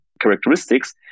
characteristics